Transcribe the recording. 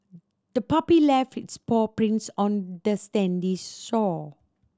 the puppy left its paw prints on the sandy shore